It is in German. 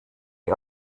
ihr